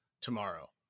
tomorrow